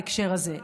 בהקשר הזה.